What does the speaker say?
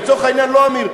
לצורך העניין לא עמיר,